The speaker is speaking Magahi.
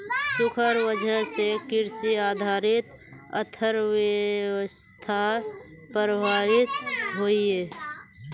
सुखार वजह से कृषि आधारित अर्थ्वैवास्था प्रभावित होइयेह